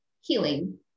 healing